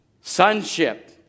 Sonship